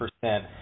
percent